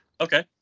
Okay